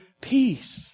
peace